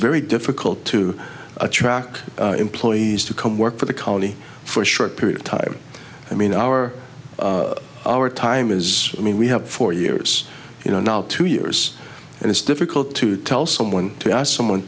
very difficult to attract employees to come work for the cali for a short period of time i mean our our time is i mean we have four years you know not two years and it's difficult to tell someone to ask someone